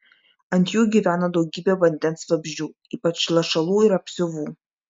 ant jų gyveno daugybė vandens vabzdžių ypač lašalų ir apsiuvų